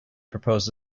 proposed